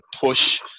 push –